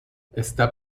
está